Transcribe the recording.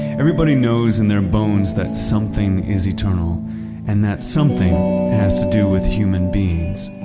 everybody knows in their bones that something is eternal and that something has to do with human beings.